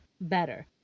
better